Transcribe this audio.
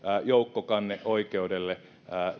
joukkokanneoikeudelle